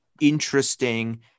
interesting